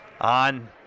on